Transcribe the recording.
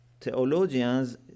theologians